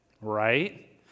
Right